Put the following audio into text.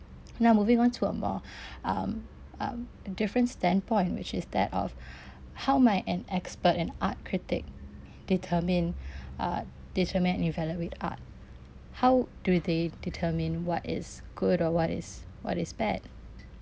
now moving on to a more um um different standpoint which is that of how might an expert and art critic determine uh determine evaluate art how do they determine what is good or what is what is bad